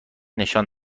نشان